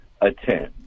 attend